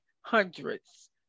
hundreds